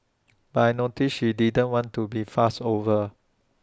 but I noticed she didn't want to be fussed over